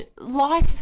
life